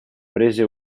prese